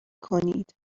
کنید